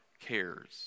cares